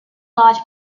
lodge